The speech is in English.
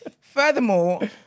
Furthermore